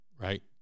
right